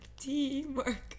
teamwork